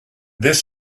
this